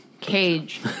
Cage